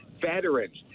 veterans